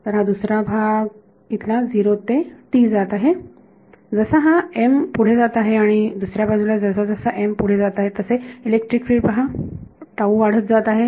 तर हा दुसरा भाग इथला 0 ते जात आहे जसा हा पुढे जात आहे आणि दुसऱ्या बाजूला जसजसा पुढे जात आहे तसे इलेक्ट्रिक फिल्ड पहा वाढत जात आहे